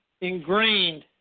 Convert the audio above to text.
ingrained